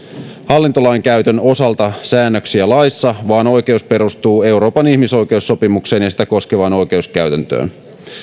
hallintolainkäytön osalta säännöksiä laissa vaan oikeus perustuu euroopan ihmisoikeussopimukseen ja sitä koskevaan oikeuskäytäntöön